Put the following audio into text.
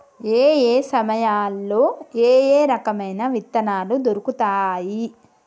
ఏయే సమయాల్లో ఏయే రకమైన విత్తనాలు దొరుకుతాయి?